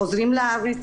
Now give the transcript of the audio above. חוזרים לארץ